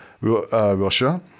Russia